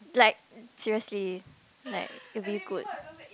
like seriously like if you could